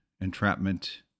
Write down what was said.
entrapment